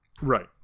Right